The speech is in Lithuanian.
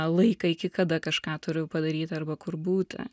laiką iki kada kažką turiu padaryti arba kur būti